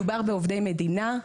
מדובר בעובדי מדינה.